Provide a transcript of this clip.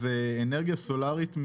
אז אנרגיה סולארית,